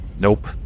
Nope